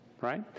Right